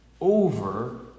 over